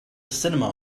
cinema